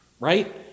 Right